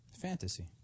Fantasy